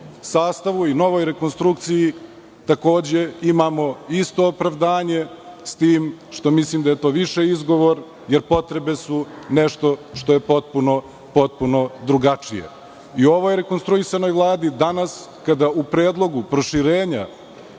sastavu i novoj rekonstrukciji, takođe, imamo isto opravdanje, s tim što mislim da je to više izgovor, jer potrebe su nešto što je potpuno drugačije. U ovoj rekonstruisanoj Vladi, danas, kada u predlogu proširenju